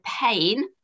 pain